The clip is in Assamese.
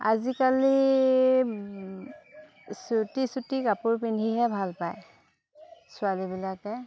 আজিকালি চুটি চুটি কাপোৰ পিন্ধিহে ভাল পায় ছোৱালীবিলাকে